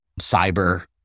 cyber